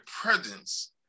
presence